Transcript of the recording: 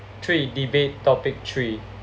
three debate topic three